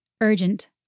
urgent